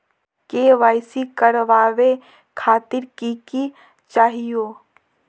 KYC करवावे खातीर कि कि चाहियो?